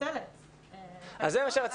פשוט כדי שכולם יידעו: פרט ל-24 שעות